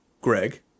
Greg